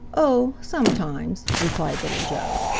oh, sometimes, replied little joe.